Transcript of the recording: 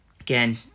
again